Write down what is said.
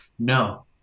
no